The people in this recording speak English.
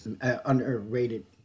underrated